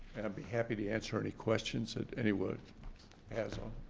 be happy to answer any questions that anyone has. um